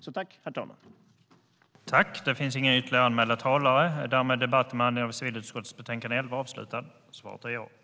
Ändring i reglerna om aggressiv marknadsföring